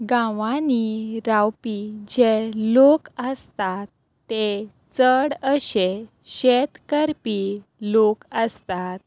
गांवांनी रावपी जे लोक आसतात ते चड अशे शेत करपी लोक आसतात